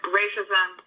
racism